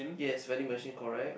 yes vending machine correct